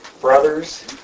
brothers